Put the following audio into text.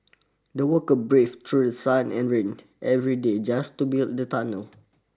the workers braved through sun and rain every day just to build the tunnel